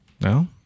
No